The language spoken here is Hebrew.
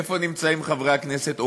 איפה נמצאים חברי הכנסת?